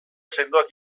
sendoak